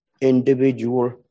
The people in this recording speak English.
individual